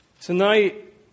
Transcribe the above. Tonight